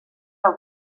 del